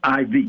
IV